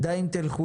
די אם תלכו